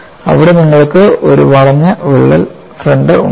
അവിടെ നിങ്ങൾക്ക് ഒരു വളഞ്ഞ വിള്ളൽ ഫ്രണ്ട് ഉണ്ടായിരുന്നു